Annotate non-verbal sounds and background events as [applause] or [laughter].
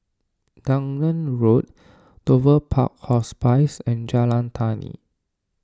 Dunearn Road [noise] Dover Park Hospice and Jalan Tani